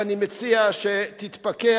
ואני מציע שתתפכח,